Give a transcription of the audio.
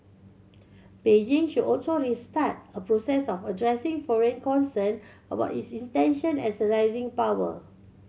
Beijing should also restart a process of addressing foreign concern about its tension as a rising power